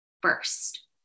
first